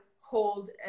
hold